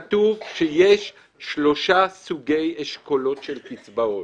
כתוב שיש שלושה סוגי אשכולות של קצבאות.